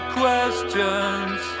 questions